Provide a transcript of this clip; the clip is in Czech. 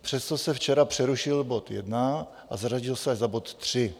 Přesto se včera přerušil bod 1 a zařadil se až za bod 3.